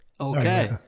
Okay